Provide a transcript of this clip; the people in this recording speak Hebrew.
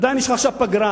יש לך עכשיו פגרה.